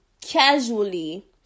casually